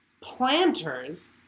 planters